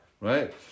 right